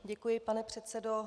Děkuji, pane předsedo.